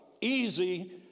easy